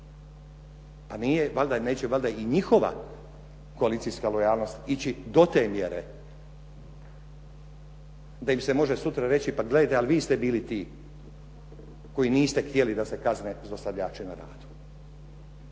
neće valjda i njihova koalicijska lojalnost ići do te mjere da im se može sutra reći pa gledajte pa vi ste bili ti koji niste htjeli da se kazne zlostavljači na radu.